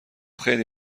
خیلی